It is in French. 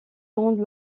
grande